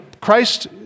Christ